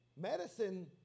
Medicine